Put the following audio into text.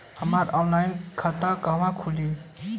हमार ऑनलाइन खाता कहवा खुली?